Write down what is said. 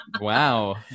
wow